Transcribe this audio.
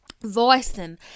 voicing